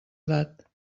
edat